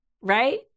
right